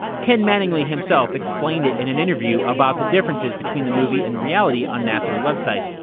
ken mattingly himself explained it in an interview about the differences between the movie and reality on nasa's website